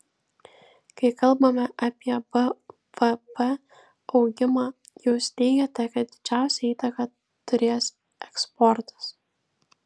kai kalbame apie bvp augimą jūs teigiate kad didžiausią įtaką turės eksportas